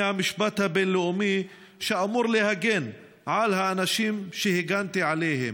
המצפון הישראלים שיצאו להגנת זכויות הנכבשים.